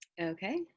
Okay